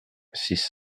six